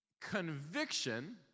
Conviction